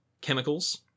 chemicals